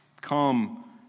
come